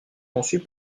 conçus